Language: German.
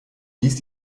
ließ